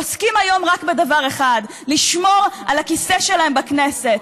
עוסקים היום רק בדבר אחד: לשמור על הכיסא שלהם בכנסת,